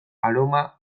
aroma